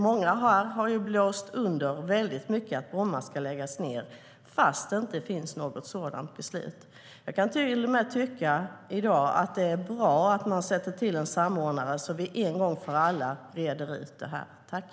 Många har blåst under att Bromma ska läggas ned, fast det inte finns något sådant beslut.